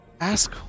Ask